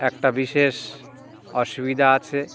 একটা বিশেষ অসুবিধা আছে